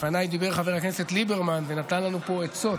לפניי דיבר חבר הכנסת ליברמן ונתן לנו פה עצות,